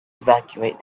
evacuate